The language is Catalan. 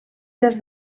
des